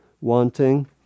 wanting